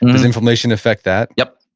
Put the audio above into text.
does inflammation affect that? yep.